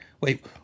wait